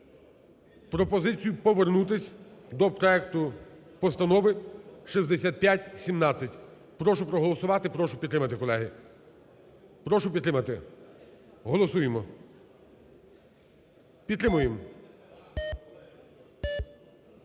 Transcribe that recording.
пропозицію повернутись до проекту Постанови 6517. Прошу проголосувати, прошу підтримати, колеги. Прошу підтримати. Голосуємо. Підтримуємо.